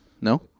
No